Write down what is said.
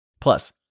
Plus